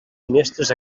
finestres